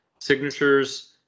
Signatures